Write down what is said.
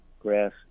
grass